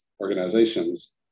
organizations